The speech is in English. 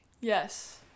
Yes